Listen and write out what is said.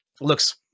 looks